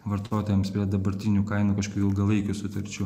vartotojams prie dabartinių kainų kažkokių ilgalaikių sutarčių